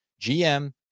GM